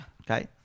Okay